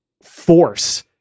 force